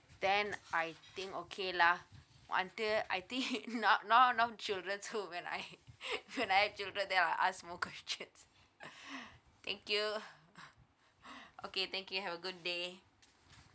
then I think okay lah until I think now now no children too when I when I have chidlren then I'll ask more questions thank you okay thank you have a good day